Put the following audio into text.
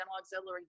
auxiliary